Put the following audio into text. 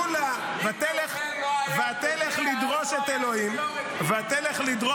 ועוד איך יש סניוריטי, ועוד איך יש סניוריטי.